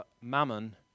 mammon